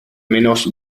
menos